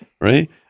Right